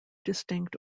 distinct